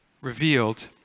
revealed